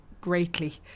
greatly